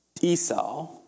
Esau